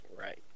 Right